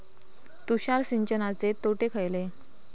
तुषार सिंचनाचे तोटे खयले?